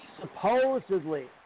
Supposedly